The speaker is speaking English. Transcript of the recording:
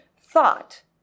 thought